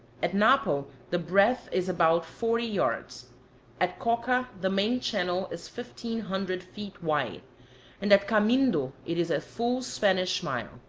at napo the breadth is about forty yards at coca the main channel is fifteen hundred feet wide and at camindo it is a full spanish mile.